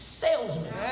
salesman